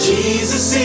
Jesus